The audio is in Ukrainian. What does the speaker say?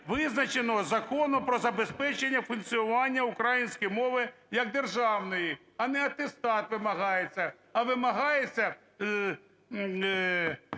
визначеного Законом про забезпечення функціонування української мови як державної. А не атестат вимагається, а вимагається,